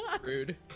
rude